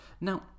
Now